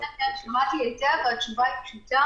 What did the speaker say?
אמרת 7,900 בבוקר.